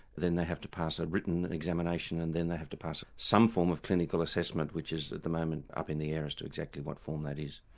then they have to pass a written and examination and then they have to pass some form of clinical assessment which is, at the moment, up in the air as to exactly what form that is.